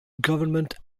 government